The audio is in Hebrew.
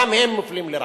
גם הם מופלים לרעה.